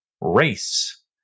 race